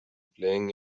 playing